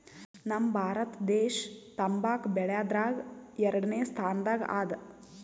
ನಮ್ ಭಾರತ ದೇಶ್ ತಂಬಾಕ್ ಬೆಳ್ಯಾದ್ರಗ್ ಎರಡನೇ ಸ್ತಾನದಾಗ್ ಅದಾ